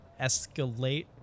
escalate